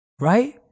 right